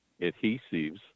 adhesives